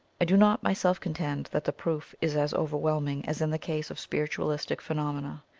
i do not myself contend that the proof is as overwhelming as in the case of spiritualistic phenomena.